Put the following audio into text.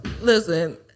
Listen